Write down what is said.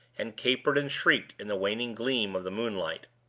and capered and shrieked in the waning gleam of the moonlight.